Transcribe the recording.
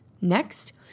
Next